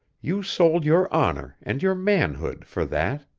you sold your honor and your manhood for that.